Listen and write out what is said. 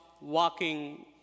walking